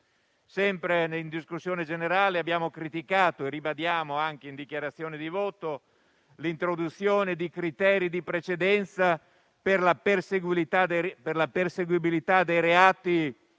Sempre in discussione generale, abbiamo criticato - e lo ribadiamo anche in dichiarazione di voto - l'introduzione di criteri di precedenza per la perseguibilità dei reati